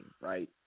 right